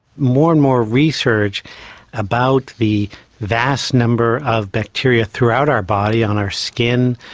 more and more research about the vast number of bacteria throughout our body, on our skin,